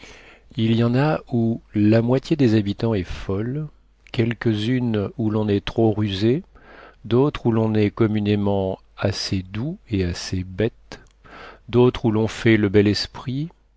il y en a où la moitié des habitants est folle quelques unes où l'on est trop rusé d'autres où l'on est communément assez doux et assez bête d'autres où l'on fait le bel esprit